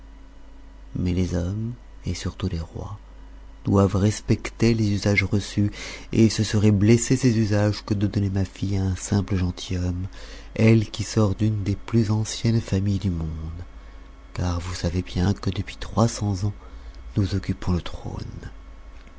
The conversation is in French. mais les hommes et surtout les rois doivent respecter les usages reçus et ce serait blesser ces usages que de donner ma fille à un simple gentilhomme elle qui sort d'une des plus anciennes familles du monde car vous savez bien que depuis trois cents ans nous occupons le trône